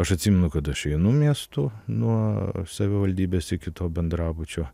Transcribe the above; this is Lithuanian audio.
aš atsimenu kad aš vienu miestu nuo savivaldybės iki to bendrabučio